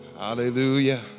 Hallelujah